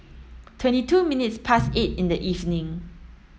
twenty two minutes past eight in the evening